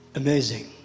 amazing